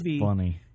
funny